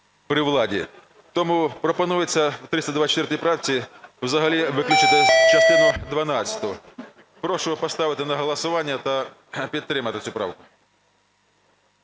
Тому пропонується у 324 правці взагалі виключити частину дванадцяту. Прошу поставити на голосування та підтримати цю правку.